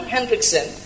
Hendrickson